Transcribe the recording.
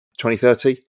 2030